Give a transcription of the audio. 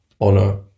Honor